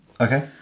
Okay